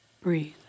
Breathe